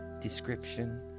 Description